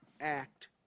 act